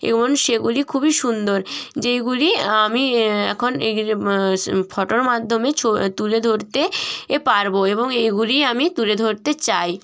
এবং সেগুলি খুবই সুন্দর যেইগুলি আমি এখন ফটোর মাধ্যমে তুলে ধরতে পারব এবং এইগুলি আমি তুলে ধরতে চাই